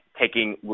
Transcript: taking